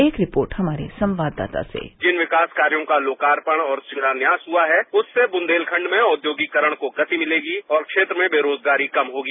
एक रिपोर्ट हमारे संवाददाता से जिन विकास कार्यों का लोकार्पण और शिलान्यास हथा है उससे बुंदेलखंड में औद्योगिकीकरण को गति मिलेगी और क्षेत्र में बेरोजगारी कम होगी